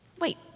Wait